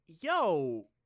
yo